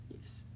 Yes